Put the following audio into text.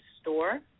store